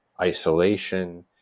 isolation